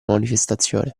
manifestazione